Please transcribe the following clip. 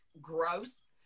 gross